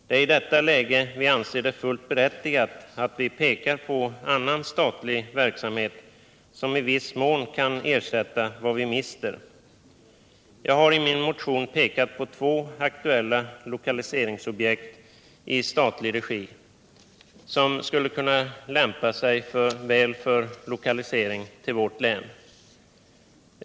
Det är i detta läge vi anser det fullt berättigat att vi pekar på annan statlig verksamhet som i viss mån kan ersätta vad vi mister. Jag har i min motion pekat på två aktuella lokaliseringsobjekt i statlig regi, som skulle lämpa sig väl för lokalisering till vårt län.